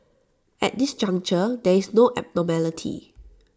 at this juncture there is no abnormality